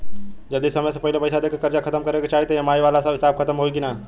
जदी समय से पहिले पईसा देके सब कर्जा खतम करे के चाही त ई.एम.आई वाला हिसाब खतम होइकी ना?